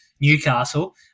Newcastle